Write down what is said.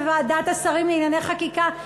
וועדת השרים לענייני חקיקה,